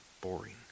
boring